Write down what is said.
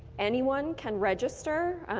anyone can register.